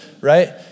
right